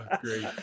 great